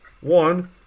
One